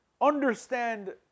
understand